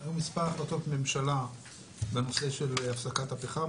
היו מספר החלטות ממשלה בנושא של הפסקת הפחם.